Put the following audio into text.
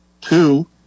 Two